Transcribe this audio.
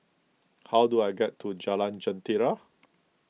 how do I get to Jalan Jentera